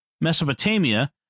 Mesopotamia